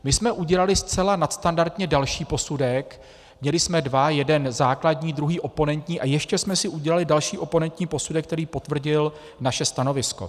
My jsme udělali zcela nadstandardně další posudek, měli jsme dva, jeden základní, druhý oponentní a ještě jsme si udělali další oponentní posudek, který potvrdil naše stanovisko.